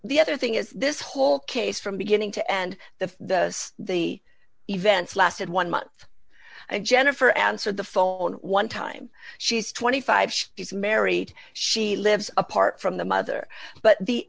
the other thing is this whole case from beginning to end the the events lasted one month and jennifer answered the phone one time she's twenty five she is married she lives apart from the mother but the